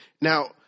Now